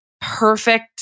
perfect